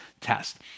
test